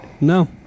No